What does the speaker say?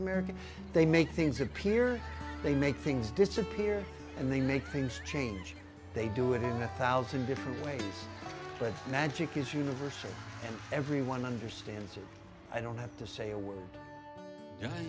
american they make things appear they make things disappear and they make things change they do it in a thousand different ways but magic is universal and everyone understands that i don't have to say a world